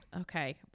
Okay